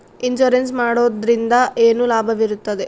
Insurance ಮಾಡೋದ್ರಿಂದ ಏನು ಲಾಭವಿರುತ್ತದೆ?